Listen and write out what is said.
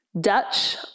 Dutch